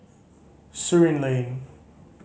Surin Lane